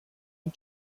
and